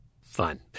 fun